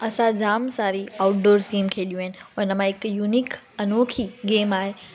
असां जाम सारी आउटडोर्स गेम खेॾियूं आहिनि हुन मां हिकु यूनिक अनौखी गेम आहे